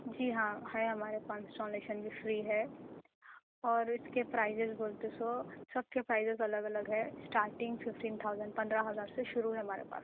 جی ہاں ہے ہمارے پاس انسالیشن بھی فری ہے اور اِس کے پرائزز بولتے سو سب کے پرائزز الگ الگ ہے اسٹارٹنگ ففٹین تھاؤزنڈ پندرہ ہزار سے شروع ہے ہمارے پاس